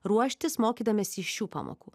ruoštis mokydamiesi iš šių pamokų